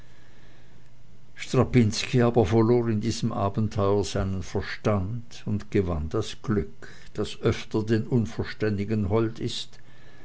aber verlor in diesem abenteuer seinen verstand und gewann das glück das öfter den unverständigen hold ist